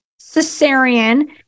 cesarean